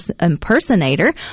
impersonator